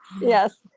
yes